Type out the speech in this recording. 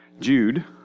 Jude